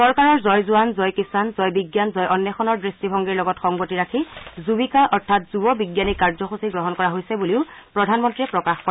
চৰকাৰৰ জয় জোৱান জয় কিষাণ জয় বিজ্ঞান জয় অঘ্বেষণৰ দৃষ্টি ভংগীৰ লগত সংগতি ৰাখি যুবিকা অৰ্থাৎ যুব বিজ্ঞানী কাৰ্যসূচী গ্ৰহণ কৰা হৈছে বুলিও প্ৰধানমন্ত্ৰীয়ে প্ৰকাশ কৰে